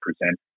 present